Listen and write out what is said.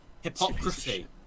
hypocrisy